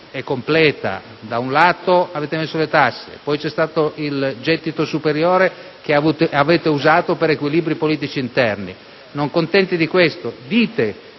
è completa: avete aumentato le tasse, poi c'è stato un gettito superiore che avete usato per equilibri politici interni. Non contenti di questo dite